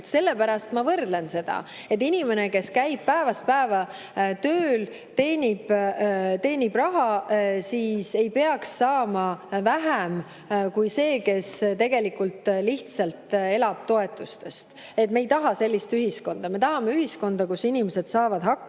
Sellepärast ma võrdlen seda. Inimene, kes käib päevast päeva tööl, teenib raha, ei peaks saama vähem kui see, kes tegelikult lihtsalt elab toetustest. Me ei taha sellist ühiskonda. Me tahame ühiskonda, kus inimesed saavad hakkama